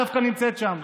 את דווקא נמצאת שם.